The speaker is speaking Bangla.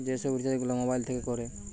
যে সব রিচার্জ গুলা মোবাইল থিকে কোরে